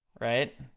right?